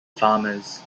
farmers